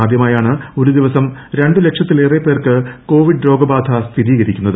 ആദ്യമായാണ് ഒരു ദിവസം രണ്ട് ലക്ഷത്തിലേറെ പേർക്ക് കോവിഡ് രോഗബാധ സ്ഥിരീകരിക്കുന്നത്